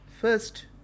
First